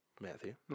Matthew